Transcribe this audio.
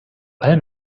allem